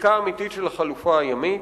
בדיקה אמיתית של החלופה הימית,